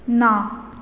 ना